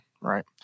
right